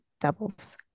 doubles